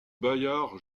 bayard